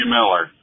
Miller